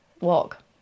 walk